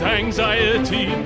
anxiety